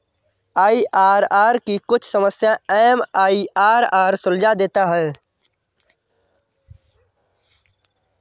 IRR की कुछ समस्याएं एम.आई.आर.आर सुलझा देता है